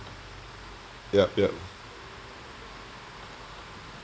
yup yup